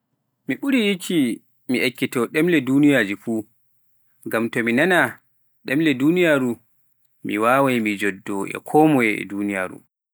Mi ɓurii yikki mi ekkitoo ɗemle duuniyaaji fuu, ngam to mi nana ɗemle duuniyaaru, mi waaway mi jooddoo e koo moye e duuniyaaru.